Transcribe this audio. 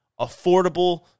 affordable